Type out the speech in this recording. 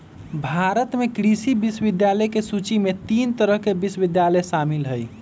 भारत में कृषि विश्वविद्यालय के सूची में तीन तरह के विश्वविद्यालय शामिल हई